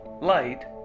light